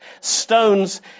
Stones